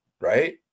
right